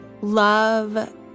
love